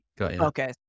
Okay